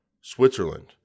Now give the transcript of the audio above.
Switzerland